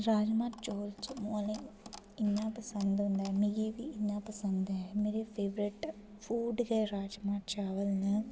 राजमांह् चौल जम्मू आह्लें ई इ'यां पसंद औंदे न मिगी बी इ'यां पसंद हैन मेरे फेवरेट फूड गै राजमांह् चावल न